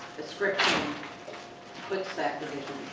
description puts that division